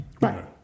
Right